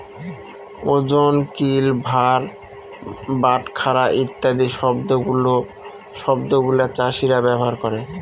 ওজন, কিল, ভার, বাটখারা ইত্যাদি শব্দগুলা চাষীরা ব্যবহার করে